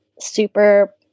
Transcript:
super